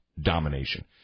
domination